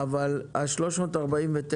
אבל 349